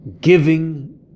giving